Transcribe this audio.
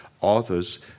authors